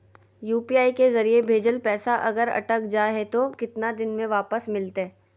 UPI के जरिए भजेल पैसा अगर अटक जा है तो कितना दिन में वापस मिलते?